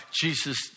Jesus